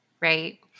Right